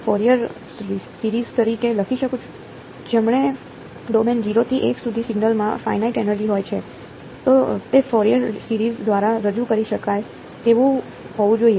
જમણે ડોમેન 0 થી l સુધી સિગ્નલમાં ફાઇનાઇટ એનર્જિ હોય છે તે ફોરિયર સિરીજ દ્વારા રજૂ કરી શકાય તેવું હોવું જોઈએ